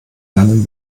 lernen